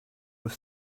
was